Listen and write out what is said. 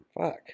Fuck